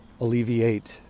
alleviate